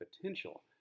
potential